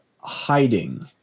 hiding